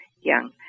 young